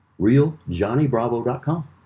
Realjohnnybravo.com